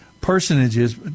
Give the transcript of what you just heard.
personages